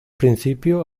principio